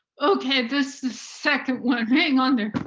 okay, this second one, hang on there.